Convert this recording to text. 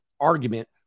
argument